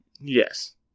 Yes